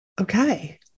okay